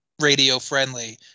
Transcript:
radio-friendly